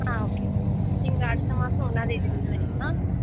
ஆ okay madam நீங்கள் அடுத்த மாதம் ஒன்றாந்தேதில இருந்து வர்றீங்களா